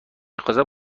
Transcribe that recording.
خواستم